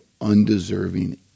undeserving